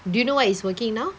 do you know what he's working now